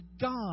God